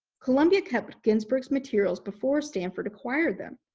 colombia kept ginsberg's materials before stanford acquired them.